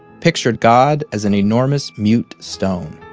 pictured god as an enormous mute stone.